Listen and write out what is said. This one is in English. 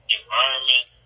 environment